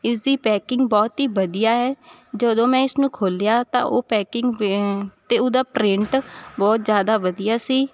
ਇਸਦੀ ਪੈਕਿੰਗ ਬਹੁਤ ਹੀ ਵਧੀਆ ਹੈ ਜਦੋਂ ਮੈਂ ਇਸਨੂੰ ਖੋਲ੍ਹਿਆ ਤਾਂ ਉਹ ਪੈਕਿੰਗ 'ਤੇ ਉਹਦਾ ਪ੍ਰਿੰਟ ਬਹੁਤ ਜ਼ਿਆਦਾ ਵਧੀਆ ਸੀ